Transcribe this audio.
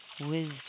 wisdom